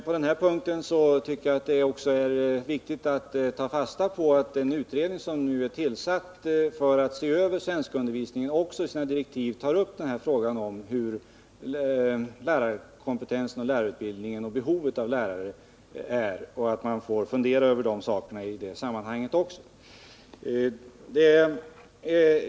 På denna punkt är det viktigt att ta fasta på att den utredning som nu är tillsatt för att se över svenskundervisningen enligt sina direktiv också har att ta upp frågorna om lärarkompetensen, lärarutbildningen och behovet av lärare. Även i det sammanhanget får man sålunda fundera över dessa saker.